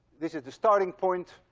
this is the starting point.